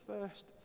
first